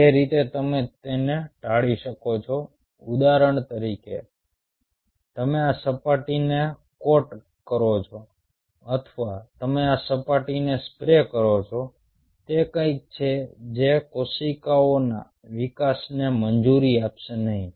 જે રીતે તમે તેને ટાળી શકો છો ઉદાહરણ તરીકે તમે આ સપાટીને કોટ કરો છો અથવા તમે આ સપાટીને સ્પ્રે કરો છો તે કંઈક છે જે કોશિકાઓના વિકાસને મંજૂરી આપશે નહીં